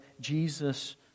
Jesus